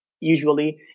usually